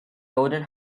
norton